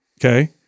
okay